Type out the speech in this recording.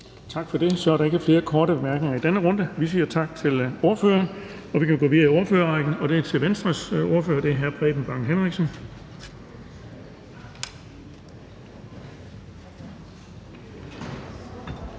Tak for det. Så er der ikke flere korte bemærkninger i denne runde. Vi siger tak til ordføreren, og vi kan gå videre i ordførerrækken, og det er til Venstres ordfører, hr. Preben Bang Henriksen.